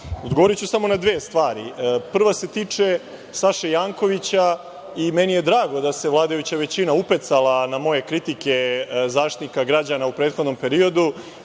proziva. Odgovoriću samo na dve stvari. Prva se tiče Saše Jankovića i meni je drago da se vladajuća većina upecala na moje kritike Zaštitnika građana u prethodnom periodu,